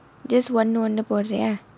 just ஒன்னு ஒன்னு போடுறியா:onnu onnu poduriyaa